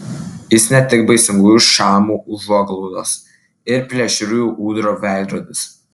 jis ne tik baisingųjų šamų užuoglaudos ir plėšriųjų ūdrų veidrodis